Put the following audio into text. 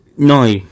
No